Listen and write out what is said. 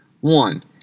One